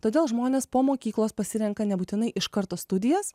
todėl žmonės po mokyklos pasirenka nebūtinai iš karto studijas